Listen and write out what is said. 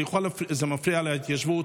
זה מפריע להתיישבות.